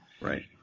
right